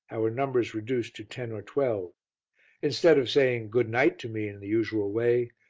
our numbers reduced to ten or twelve instead of saying good-night to me in the usual way,